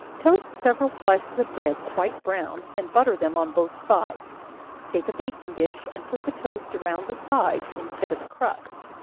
toast several slices of bread quite brown, and butter them on both sides take baking dish, and put the toast around the sides, instead of a crust.